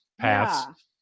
paths